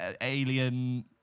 Alien-